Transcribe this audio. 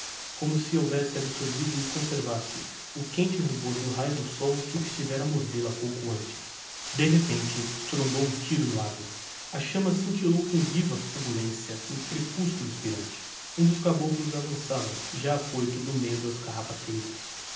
como se houvesse absorvido e conservasse o quente rubor do raio de sol que estivera a mordel o pouco antes de repente estrondou um tiro no adro a chamma scintillou com viva fulgencia no crepusculo expirante um dos caboclos avançava já affoito do meio dos carrapateiros